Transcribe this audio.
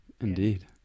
Indeed